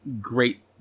great